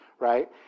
right